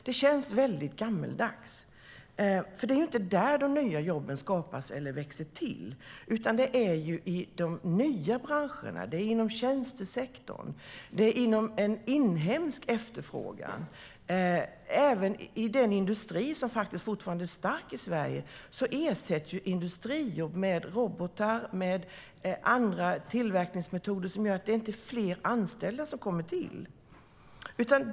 Det känns väldigt gammaldags. Det är nämligen inte där de nya jobben skapas eller växer till, utan det är i de nya branscherna - inom tjänstesektorn och genom en inhemsk efterfrågan. Även inom den industri som faktiskt fortfarande är stark i Sverige ersätts ju industrijobb med robotar och andra tillverkningsmetoder, vilket gör att det inte är fler anställda som kommer till.